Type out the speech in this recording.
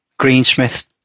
Greensmith